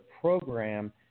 program